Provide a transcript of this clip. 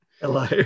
Hello